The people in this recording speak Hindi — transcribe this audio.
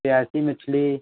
प्यासी मछली